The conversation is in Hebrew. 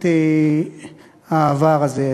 את העבר הזה.